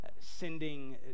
sending